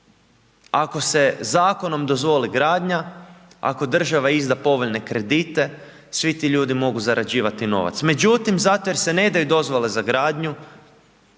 ako se zakonom dozvoli gradnja, ako država izda povoljne kredite, svi ti ljudi mogu zarađivati novac međutim zato jer se ne daju dozvole za gradnju,